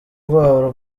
rwabo